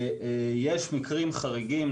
יש מקרים חריגים,